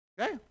Okay